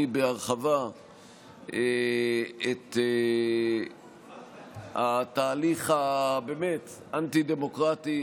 בהרחבה את התהליך הבאמת-אנטי-דמוקרטי,